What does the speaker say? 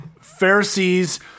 Pharisees